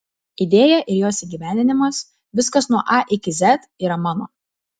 idėja ir jos įgyvendinimas viskas nuo a iki z yra mano